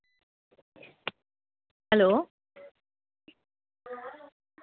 hello